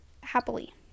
happily